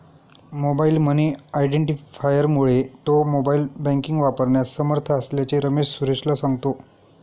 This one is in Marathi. मोबाईल मनी आयडेंटिफायरमुळे तो मोबाईल बँकिंग वापरण्यास समर्थ असल्याचे रमेश सुरेशला सांगतो